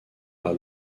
par